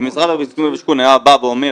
אם משרד הבינוי והשיכון היה בא ואומר